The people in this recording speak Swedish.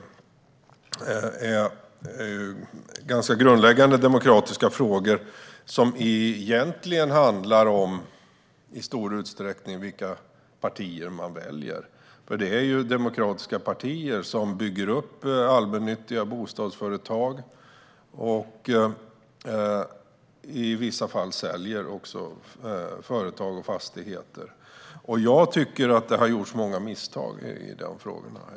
Detta är ganska grundläggande demokratiska frågor som egentligen i stor utsträckning handlar om vilka partier man väljer. Det är ju demokratiska partier som bygger upp allmännyttiga bostadsföretag och i vissa fall även säljer företag och fastigheter. Jag tycker att det har gjorts många misstag när det gäller dessa frågor.